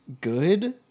good